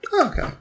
Okay